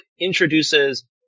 introduces